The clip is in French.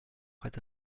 prêt